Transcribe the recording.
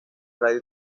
radio